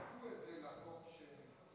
חוזרים לדיונים.